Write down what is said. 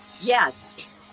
yes